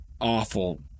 Awful